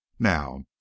Now